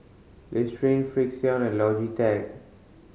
Listerine Frixion and Logitech